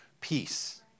peace